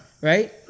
Right